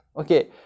okay